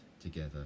together